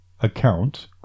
account